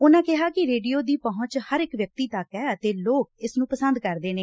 ਉਨਾ ਕਿਹਾ ਕਿ ਰੇਡੀਓ ਦੀ ਪਹੂੰਚ ਹਰ ਇਕ ਤੱਕ ਐ ਅਤੇ ਲੋਕ ਇਸ ਨੂੰ ਪਸੰਦ ਕਰਦੇ ਨੇ